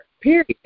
Period